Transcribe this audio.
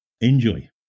Enjoy